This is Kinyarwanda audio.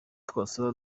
twasaba